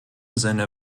sinne